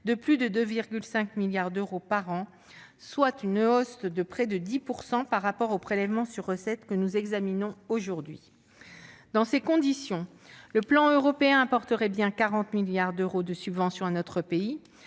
de plus de 2,5 milliards d'euros par an, soit une hausse de près de 10 % par rapport au prélèvement sur recettes que nous examinons aujourd'hui. Dans ces conditions, le plan européen allouerait certes 40 milliards d'euros de subventions à notre pays,